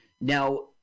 Now